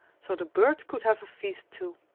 so the birds could have a feast, too.